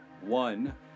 One